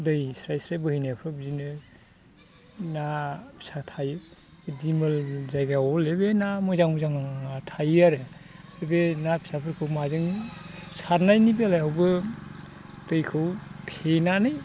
दै स्राय स्राय बोहैनायफोराव बिदिनो ना फिसा थायो दिमोल जायगायाव हले बे ना मोजां मोजाङा थायो आरो बे ना फिसाफोरखौ माजों सारनायनि बेलायावबो दैखौ थेनानै